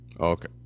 Okay